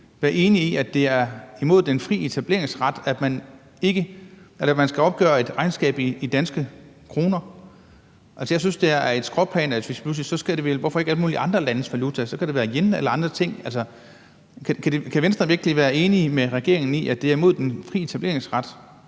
være enige i, at det er imod den frie etableringsret, at man skal opgøre et regnskab i danske kroner? Jeg synes, det er et skråplan, og hvorfor ikke alle mulige andre landes valutaer? Så kan det være yen eller andre ting. Kan Venstre virkelig være enige med regeringen i, at det er mod den frie etableringsret,